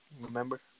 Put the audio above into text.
remember